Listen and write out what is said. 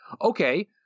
okay